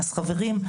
חברים,